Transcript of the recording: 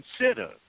consider